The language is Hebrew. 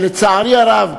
לצערי הרב,